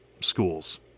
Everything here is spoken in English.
schools